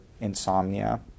insomnia